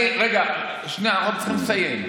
רגע, שנייה, אנחנו צריכים לסיים.